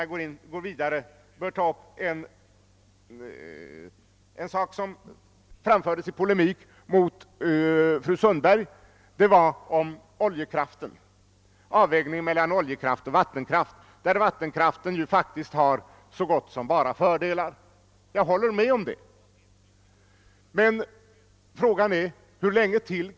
Det är sant att det år 1961 träffades en uppgörelse, den s.k. freden i Sarek, och vattenfallsverket är också ur alla andra synpunkter i sin fulla rätt att planera för vattendragens exploatering.